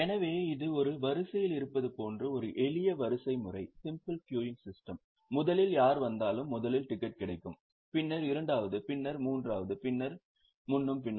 எனவே இது ஒரு வரிசையில் இருப்பது போன்ற ஒரு எளிய வரிசை முறை முதலில் யார் வந்தாலும் முதலில் டிக்கெட் கிடைக்கும் பின்னர் இரண்டாவது பின்னர் மூன்றாவது பின்னர் முன்னும் பின்னும்